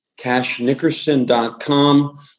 cashnickerson.com